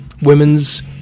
women's